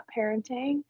parenting